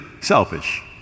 selfish